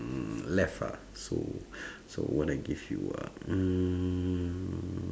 mm left ah so so what I give you ah mm